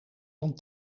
dan